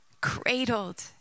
cradled